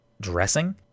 dressing